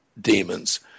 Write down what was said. demons